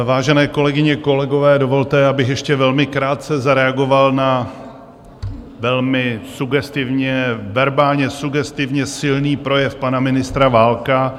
Vážené kolegyně, kolegové, dovolte, abych ještě velmi krátce zareagoval na velmi sugestivně, verbálně sugestivně silný projev pana ministra Válka.